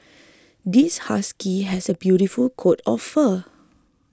this husky has a beautiful coat of fur